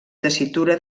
tessitura